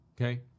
okay